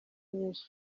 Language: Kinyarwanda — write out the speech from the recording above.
nyinshi